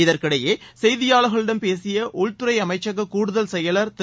இதற்கிடையே செய்தியாளர்களிடம் பேசிய உள்துறை அமைச்சக கூடுதல் செயலர் திரு